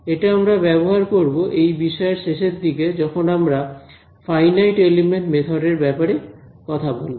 এটি আমরা ব্যবহার করব এই বিষয়ের শেষের দিকে যখন আমরা ফাইনাইট এলিমেন্ট মেথড এর ব্যাপারে কথা বলব